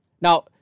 Now